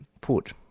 put